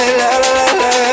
la-la-la-la